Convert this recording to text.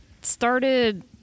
started